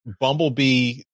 bumblebee